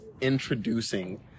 introducing